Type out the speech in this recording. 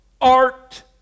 art